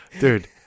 Dude